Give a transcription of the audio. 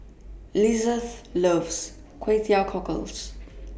Lizeth loves Kway Teow Cockles